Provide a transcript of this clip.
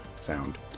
sound